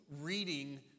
reading